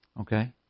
Okay